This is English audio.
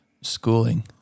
schooling